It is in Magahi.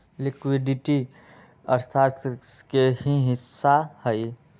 लिक्विडिटी अर्थशास्त्र के ही हिस्सा हई